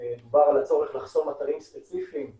דובר על הצורך לחסום אתרים ספציפיים,